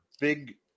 big